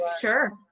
sure